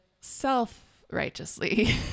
self-righteously